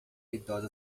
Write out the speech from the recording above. idosa